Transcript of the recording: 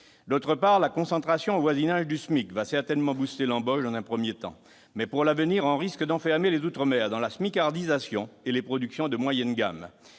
D'autre part, la concentration au voisinage du SMIC va certainement « booster » l'embauche dans un premier temps, mais risque, à l'avenir, d'enfermer les outre-mer dans la « smicardisation » et les productions de moyenne gamme,